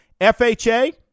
FHA